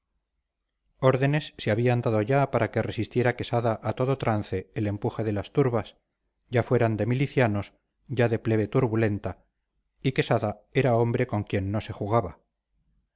órdenes se habían dado ya para que resistiera quesada a todo trance el empuje de las turbas ya fueran de milicianos ya de plebe turbulenta y quesada era hombre con quien no se jugaba